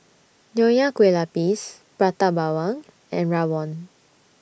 Nonya Kueh Lapis Prata Bawang and Rawon